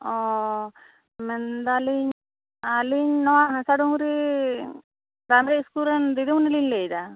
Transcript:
ᱚᱻ ᱢᱮᱱ ᱮᱫᱟᱞᱤᱧ ᱟᱞᱤᱧ ᱱᱚᱶᱟ ᱦᱟᱥᱟ ᱰᱩᱝᱨᱤ ᱯᱨᱟᱭᱢᱟᱨᱤ ᱥᱠᱩᱞ ᱨᱮᱱ ᱫᱤᱫᱤᱢᱚᱱᱤ ᱞᱤᱧ ᱞᱟᱹᱭ ᱮᱫᱟ